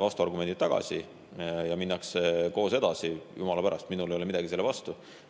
vastuargumendid tagasi ja minnakse koos edasi, siis jumala pärast, minul ei ole midagi selle vastu.